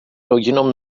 rodzinom